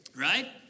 Right